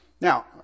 Now